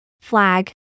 flag